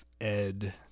Ed